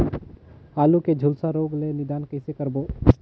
आलू के झुलसा रोग ले निदान कइसे करबो?